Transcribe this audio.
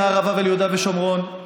לערבה וליהודה ושומרון,